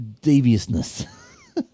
deviousness